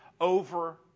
over